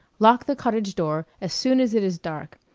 lock the cottage-door as soon as it is dark.